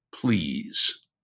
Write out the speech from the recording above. please